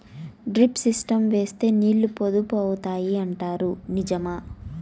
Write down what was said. Drip system వేస్తే నీళ్లు పొదుపు అవుతాయి అంటారు నిజమా?